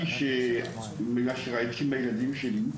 ממה שראיתי מהילדים שלי,